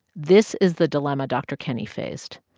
this is the dilemma dr. kenney faced.